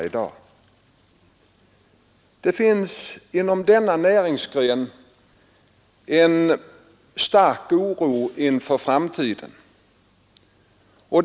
Inom denna näringsgren finns en stark oro inför framtiden.